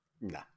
No